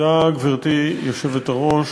גברתי היושבת-ראש,